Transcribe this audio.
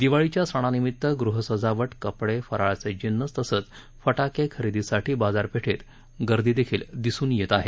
दीवाळीच्या सणानिमित्त गृह सजावट कपडे फराळाचे जिन्नस तसंच फटाके खरेदीसाठी बाजारपेठेत गर्दीही दिसून येत आहे